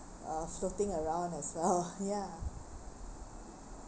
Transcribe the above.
uh floating around as well ya